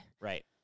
right